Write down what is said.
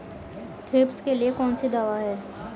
Thrips के लिए कौन सी दवा है?